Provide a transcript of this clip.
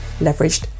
leveraged